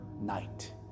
night